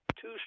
two